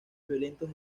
violentos